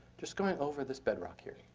just going over this bedrock here.